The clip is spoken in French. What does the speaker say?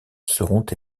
seront